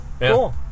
cool